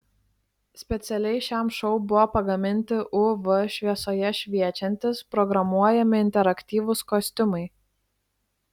specialiai šiam šou buvo pagaminti uv šviesoje šviečiantys programuojami interaktyvūs kostiumai